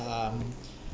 um